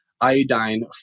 iodine